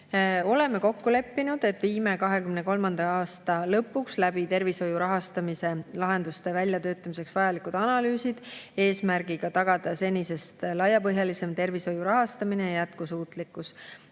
Oleme kokku leppinud, et viime 2023. aasta lõpuks läbi tervishoiu rahastamise lahenduste väljatöötamiseks vajalikud analüüsid eesmärgiga tagada senisest laiapõhjalisem tervishoiu rahastamine ja jätkusuutlikkus.